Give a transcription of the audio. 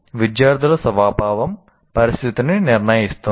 విద్యార్థుల స్వభావం పరిస్థితిని నిర్ణయిస్తుంది